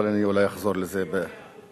אבל אני אולי אחזור לזה בהמשך.